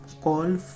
call